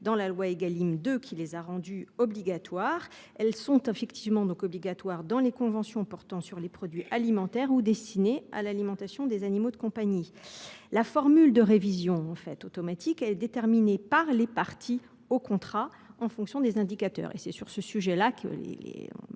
dans la loi Égalim 2 qui les a rendues obligatoires et elles le sont, de fait, dans les conventions portant sur les produits alimentaires ou destinés à l’alimentation des animaux de compagnie. En réalité, la formule de révision automatique est déterminée par les parties au contrat en fonction des indicateurs et c’est ce sujet qui est